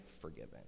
forgiven